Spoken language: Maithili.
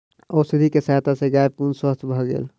औषधि के सहायता सॅ गाय पूर्ण स्वस्थ भ गेल